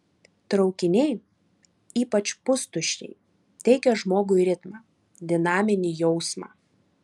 traukiniai ypač pustuščiai teikia žmogui ritmą dinaminį jausmą